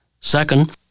Second